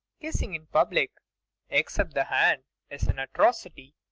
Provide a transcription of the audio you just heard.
kissing in public a except the hand a is an atrocity,